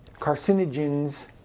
carcinogens